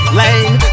lane